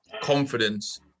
confidence